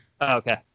okay